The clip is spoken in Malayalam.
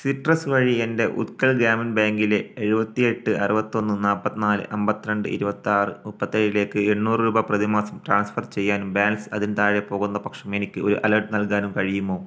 സിട്രസ് വഴി എൻ്റെ ഉത്കൽ ഗ്രാമീൺ ബാങ്കിലെ എഴുപത്തി എട്ട് അറുപത്തി ഒന്ന് നാല്പത്തി നാല് അമ്പത്തി രണ്ട് ഇരുപത്തി ആറ് മുപ്പത്തി ഏഴിക്ക് എണ്ണൂറ് രൂപ പ്രതിമാസം ട്രാൻസ്ഫർ ചെയ്യാനും ബാലൻസ് അതിന് താഴെ പോകുന്ന പക്ഷം എനിക്ക് ഒരു അലേർട്ട് നൽകാനും കഴിയുമോ